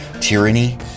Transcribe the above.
tyranny